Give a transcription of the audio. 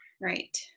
Right